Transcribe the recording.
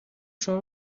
شما